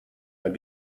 ein